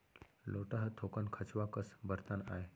लोटा ह थोकन खंचवा कस बरतन आय